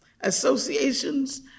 associations